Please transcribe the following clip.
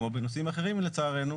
כמו בנושאים אחרים לצערנו,